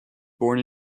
born